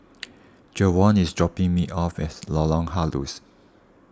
Jevon is dropping me off at Lorong Halus